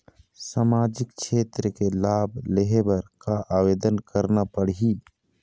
सामाजिक क्षेत्र के लाभ लेहे बर का आवेदन करना पड़ही?